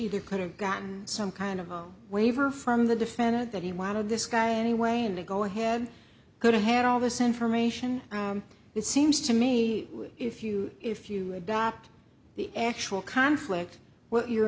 either could have gotten some kind of a waiver from the defendant that he wanted this guy anyway and to go ahead could have had all this information it seems to me if you if you adopt the actual conflict what you're